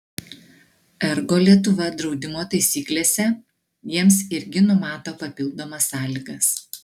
ergo lietuva draudimo taisyklėse jiems irgi numato papildomas sąlygas